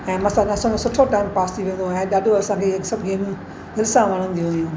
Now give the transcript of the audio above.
ऐं मस्तु अॻिए असांजो सुठो टाइम पास थी वेंदो हुहो ऐं ॾाढो असांखे हीअ सभु गेमियूं दिलि सां वणंदियूं हुइयूं